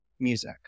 music